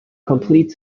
complete